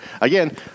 Again